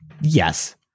Yes